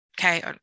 Okay